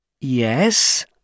Yes